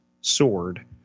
sword